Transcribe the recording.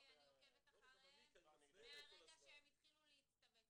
אני עוקבת אחריהם מהרגע שהם התחילו להצתוות,